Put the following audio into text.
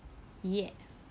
yeah